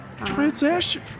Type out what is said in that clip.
Transaction